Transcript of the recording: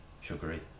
sugary